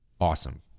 awesome